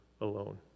alone